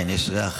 כן, יש ריח.